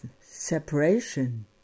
separation